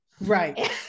right